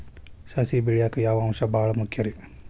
ಸಸಿ ಬೆಳೆಯಾಕ್ ಯಾವ ಅಂಶ ಭಾಳ ಮುಖ್ಯ ರೇ?